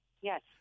Yes